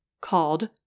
called